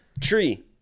Tree